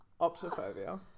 optophobia